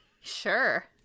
Sure